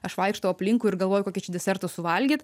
aš vaikštau aplinkui ir galvoju kokį čia desertą suvalgyt